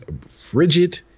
frigid